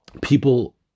people